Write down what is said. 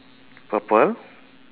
purple